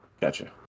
Gotcha